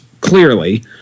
clearly